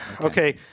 okay